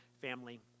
family